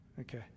okay